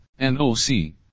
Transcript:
NOC